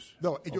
No